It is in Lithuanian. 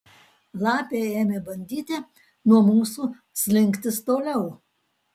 lapė ėmė bandyti nuo mūsų slinktis toliau